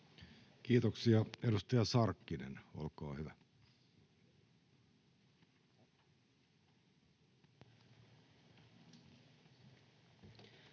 Kiitoksia. — Edustaja Sarkkinen, olkaa hyvä.